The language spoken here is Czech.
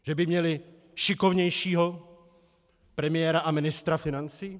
Že by měli šikovnějšího premiéra a ministra financí?